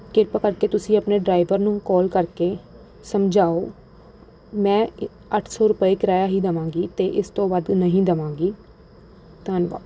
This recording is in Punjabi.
ਕਿਰਪਾ ਕਰਕੇ ਤੁਸੀਂ ਆਪਣੇ ਡਰਾਈਵਰ ਨੂੰ ਕੌਲ ਕਰਕੇ ਸਮਝਾਓ ਮੈਂ ਇ ਅੱਠ ਸੌ ਰੁਪਏ ਕਿਰਾਇਆ ਹੀ ਦੇਵਾਂਗੀ ਅਤੇ ਇਸ ਤੋਂ ਵੱਧ ਨਹੀਂ ਦੇਵਾਂਗੀ ਧੰਨਵਾਦ